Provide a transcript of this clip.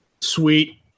Sweet